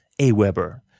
AWeber